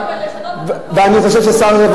אתה יכול לגרום למשבר